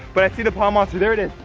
but i see the pond monster. there it is,